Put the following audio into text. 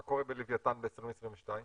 מה קורה בלווייתן ב-2022?